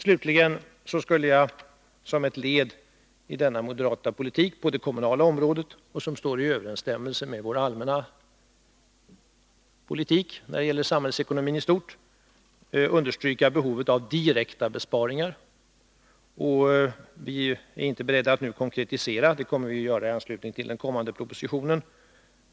Slutligen skulle jag såsom ett led i den moderata politiken på det kommunala området, en politik som står i överensstämmelse med vår allmänna politik när det gäller samhällsekonomin i stort, vilja understryka behovet av direkta besparingar. Vi är inte beredda att konkretisera dem. Det kommer vi att göra i anslutning till den kommande propositionen.